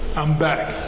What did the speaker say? i'm back.